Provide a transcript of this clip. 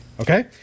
Okay